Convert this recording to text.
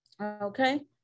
Okay